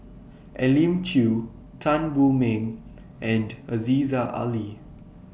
Elim Chew Tan Wu Meng and Aziza Ali